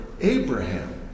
Abraham